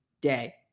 day